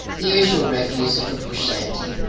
the usual refuse of a bush shanty.